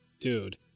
dude